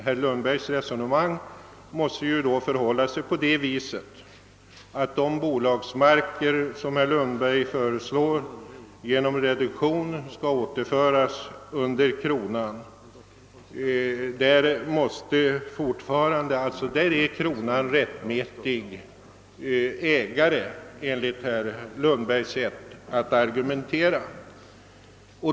Herr Lundberg föreslår att de bolagsmarker till vilka kronan är rättmätig ägare enligt hans sätt att argumentera skall återföras under kronan.